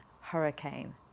hurricane